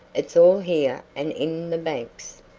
it's all here and in the banks.